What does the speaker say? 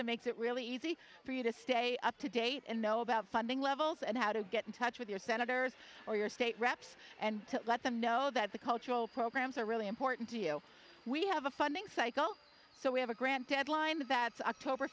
of makes it really easy for you to stay up to date and know about funding levels and how to get in touch with your senators or your state reps and to let them know that the cultural programs are really important to you we have a funding cycle so we have a grant deadline that october